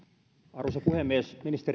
arvoisa puhemies ministeri